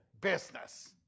business